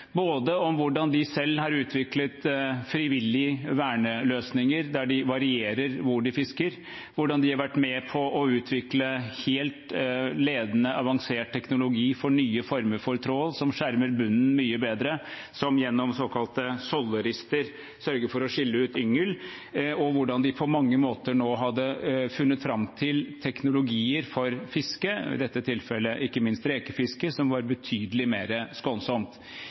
om både hvordan de selv har utviklet frivillige verneløsninger der de varierer hvor de fisker, hvordan de har vært med på å utvikle helt ledende avansert teknologi for nye former for trål som skjermer bunnen mye bedre og gjennom såkalte sollerister sørger for å skille ut yngel, og hvordan de på mange måter nå hadde funnet fram til teknologier for fiske – i dette tilfellet ikke minst rekefiske – som er betydelig mer skånsomt.